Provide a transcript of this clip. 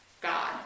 God